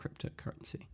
cryptocurrency